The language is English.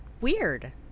Weird